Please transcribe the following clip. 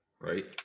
right